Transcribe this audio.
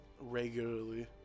regularly